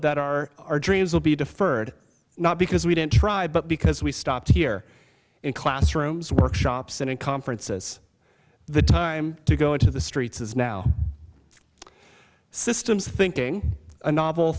that our our dreams will be deferred not because we didn't try but because we stopped here in classrooms workshops and conferences the time to go into the streets is now systems thinking a novel